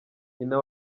nyina